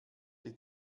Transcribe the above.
die